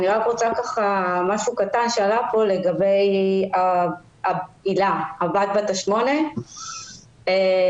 אני רוצה לומר משהו קטן לגבי דבריה של הבת בת ה-8 של הילה,